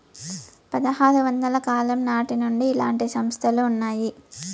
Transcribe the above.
పదహారు వందల కాలం నాటి నుండి ఇలాంటి సంస్థలు ఉన్నాయి